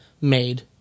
made